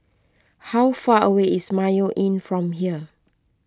how far away is Mayo Inn from here